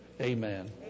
amen